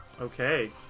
okay